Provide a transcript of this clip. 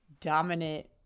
dominant